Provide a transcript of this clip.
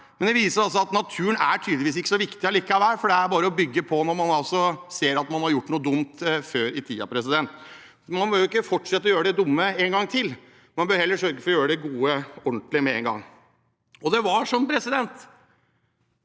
men dette viser at naturen tydeligvis ikke er så viktig likevel, for det er bare å bygge på når man ser at man har gjort noe dumt før i tiden. Man behøver ikke å fortsette å gjøre det dumme en gang til, man bør heller sørge for å gjøre det gode ordentlig med en gang. Da Fremskrittspartiet